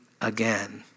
again